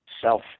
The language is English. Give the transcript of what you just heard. self